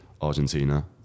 Argentina